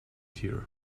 here